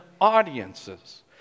audiences